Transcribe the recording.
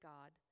God